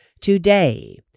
today